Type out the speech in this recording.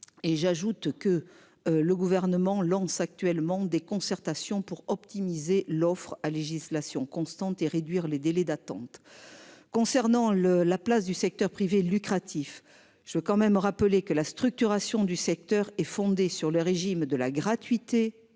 Et j'ajoute que le gouvernement lance actuellement des concertations pour optimiser l'offre à législation constante et réduire les délais d'attente. Concernant le, la place du secteur privé lucratif. Je veux quand même rappeler que la structuration du secteur est fondée sur le régime de la gratuité